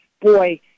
boy